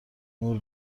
نور